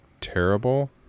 terrible